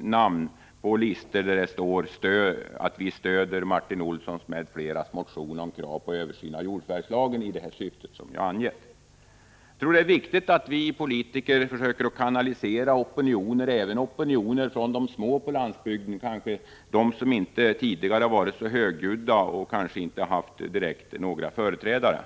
namn på listor där det står: Vi stöder Martin Olssons m.fl. motion om krav på översyn av jordförvärvslagen. Jag tror att det är viktigt att vi politiker försöker kanalisera opinioner, även opinioner från de små på landsbygden, från dem som inte tidigare varit så högljudda och inte direkt haft några företrädare.